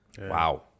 Wow